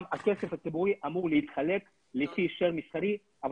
הכסף הציבורי אמור להתחלק לפי share מסחרי,